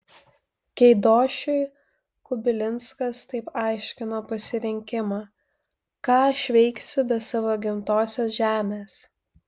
keidošiui kubilinskas taip aiškino pasirinkimą ką aš veiksiu be savo gimtosios žemės